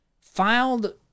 filed